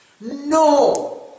No